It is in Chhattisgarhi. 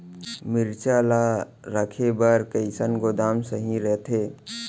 मिरचा ला रखे बर कईसना गोदाम सही रइथे?